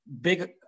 big